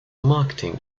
marketing